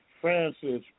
Francis